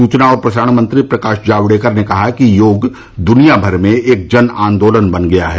सूचना और प्रसारण मंत्री प्रकाश जावड़ेकर ने कहा कि योग दुनियाभर में एक जन आन्दोलन बन गया है